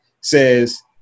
says